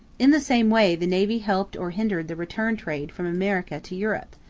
in the same way the navy helped or hindered the return trade from america to europe.